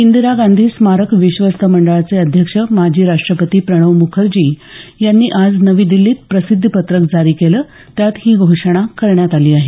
इंदिरा गांधी स्मारक विश्वस्त मंडळाचे अध्यक्ष माजी राष्ट्रपती प्रणव मुखर्जी यांनी आज नवी दिल्लीत प्रसिद्धीपत्रक जारी केलं त्यात ही घोषणा करण्यात आली आहे